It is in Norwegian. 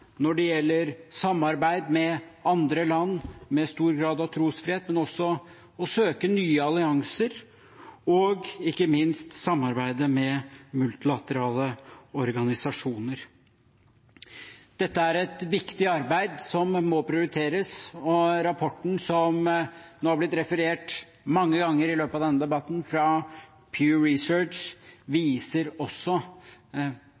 samarbeid med andre land med stor grad av trosfrihet, ved å søke nye allianser, og ikke minst også gjennom samarbeid med multilaterale organisasjoner. Dette er et viktig arbeid som må prioriteres. Rapporten fra Pew Research Center, som det har blitt referert til mange ganger i løpet av denne debatten,